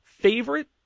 favorite